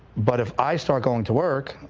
but if i start going to work,